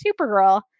supergirl